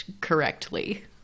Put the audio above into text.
correctly